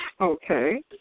Okay